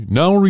now